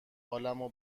حالمو